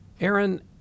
Aaron